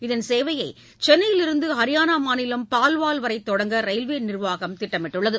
இதன் சேவைய சென்னையிலிருந்து ஹரியானா மாநிலம் பால்வால் வரை தொடங்க ரயில்வே நிர்வாகம் திட்டமிட்டுள்ளது